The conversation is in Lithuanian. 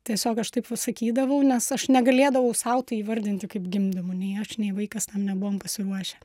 tiesiog aš taip va sakydavau nes aš negalėdavau sau tai įvardinti kaip gimdymo nei aš nei vaikas tam nebuvom pasiruošę